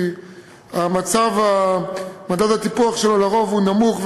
כי מדד הטיפוח שלו הוא לרוב נמוך,